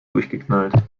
durchgeknallt